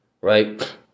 Right